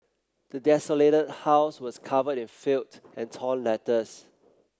the desolated house was covered in filth and torn letters